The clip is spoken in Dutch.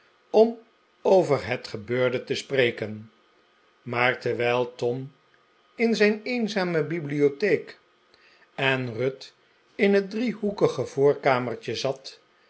om over het gebeurde te spreken maar terwijl tom in zijn eenzame bibliotheek en ruth in het driehoekige voorkamertje zat